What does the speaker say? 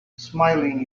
smiling